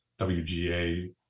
WGA